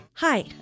Hi